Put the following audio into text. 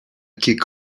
kick